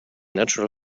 natural